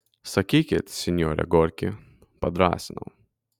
sakykit sinjore gorki padrąsinau